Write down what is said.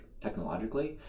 technologically